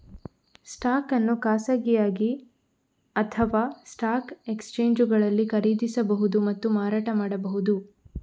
stock ಅನ್ನು ಖಾಸಗಿಯಾಗಿ ಅಥವಾಸ್ಟಾಕ್ ಎಕ್ಸ್ಚೇಂಜುಗಳಲ್ಲಿ ಖರೀದಿಸಬಹುದು ಮತ್ತು ಮಾರಾಟ ಮಾಡಬಹುದು